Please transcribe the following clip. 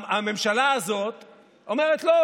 הממשלה הזאת אומרת: לא,